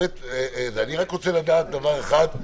אני רק רוצה לדעת דבר אחד,